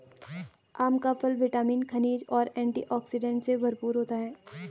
आम का फल विटामिन, खनिज और एंटीऑक्सीडेंट से भरपूर होता है